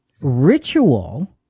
ritual